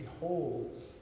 Behold